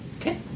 Okay